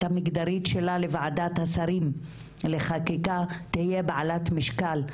המגדרית שלה לוועדת השרים לחקיקה תהיה בעלת משקל,